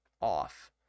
off